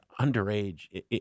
underage